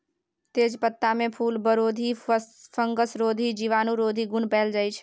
तेजपत्तामे फुलबरोधी, फंगसरोधी, जीवाणुरोधी गुण पाएल जाइ छै